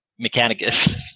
Mechanicus